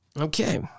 Okay